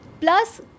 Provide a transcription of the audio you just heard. Plus